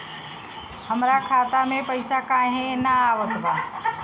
हमरा खाता में पइसा काहे ना आवत बा?